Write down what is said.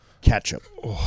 ketchup